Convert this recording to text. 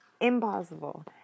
impossible